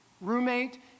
roommate